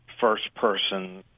first-person